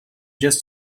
just